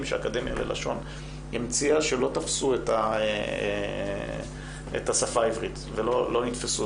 שהאקדמיה ללשון המציאה שלא תפסו את השפה העברית ולא נתפסו.